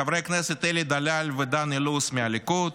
חברי הכנסת אלי דלל ודן אילוז מהליכוד,